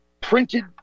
printed